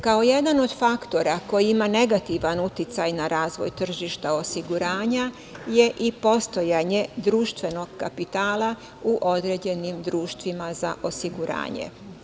Kao jedan od faktora koji ima negativan uticaj na razvoj tržišta osiguranja je i postojanje društvenog kapitala u određenim društvima za osiguranje.